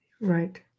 Right